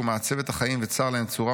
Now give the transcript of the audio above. שהוא מעצב את החיים וצר להם צורה,